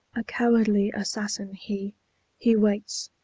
a cowardly assassin he he waits,